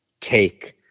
take